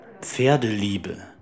Pferdeliebe